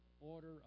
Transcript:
order